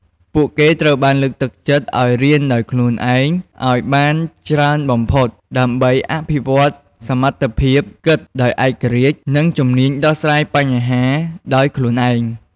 ពួកគេត្រូវបានលើកទឹកចិត្តឲ្យរៀនដោយខ្លួនឯងឲ្យបានច្រើនបំផុត ដើម្បីអភិវឌ្ឍសមត្ថភាពគិតដោយឯករាជ្យ និងជំនាញដោះស្រាយបញ្ហាដោយខ្លួនឯង។